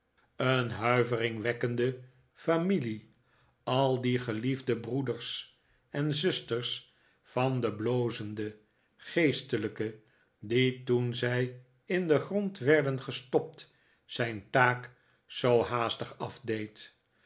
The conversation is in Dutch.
een huiveringwekkende familie al die geliefde broeders en zusters van den blozenden geestelijke die toen zij in den grond werden gestopt zijn taak zoo haastig